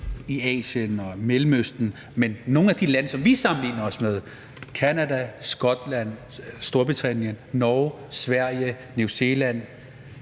i Asien og i Mellemøsten, men også nogle af de lande, som vi sammenligner os med: Canada, Skotland, Storbritannien, Norge, Sverige, New Zealand